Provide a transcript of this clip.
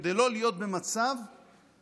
כדי לא להיות במצב שבו